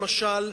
למשל,